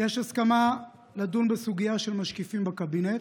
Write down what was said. יש הסכמה לדון בסוגיה של משקיפים בקבינט,